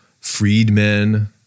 freedmen